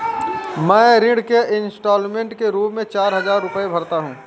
मैं ऋण के इन्स्टालमेंट के रूप में चार हजार रुपए भरता हूँ